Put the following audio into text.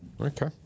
Okay